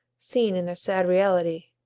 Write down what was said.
seen in their sad reality,